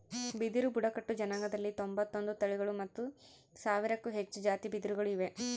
ಬಿದಿರು ಬುಡಕಟ್ಟು ಜನಾಂಗದಲ್ಲಿ ತೊಂಬತ್ತೊಂದು ತಳಿಗಳು ಮತ್ತು ಸಾವಿರಕ್ಕೂ ಹೆಚ್ಚು ಜಾತಿ ಬಿದಿರುಗಳು ಇವೆ